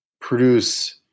produce